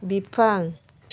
बिफां